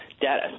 data